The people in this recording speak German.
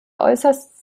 äußerst